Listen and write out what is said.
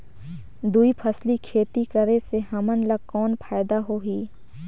दुई फसली खेती करे से हमन ला कौन फायदा होही?